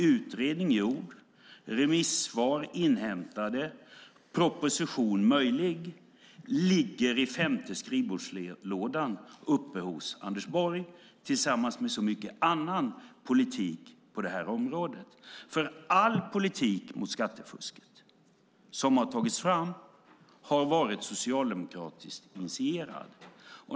Utredning är gjord, remissvar är inhämtade, och proposition är möjlig. Det ligger i femte skrivbordslådan hos Anders Borg tillsammans med så mycket annan politik på det här området. All politik mot skattefusk som har tagits fram har varit socialdemokratiskt initierad.